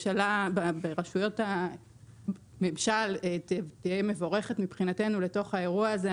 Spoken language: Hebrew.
בממשלה וברשויות הממשל תהיה מבורכת מבחינתנו לתוך האירוע הזה.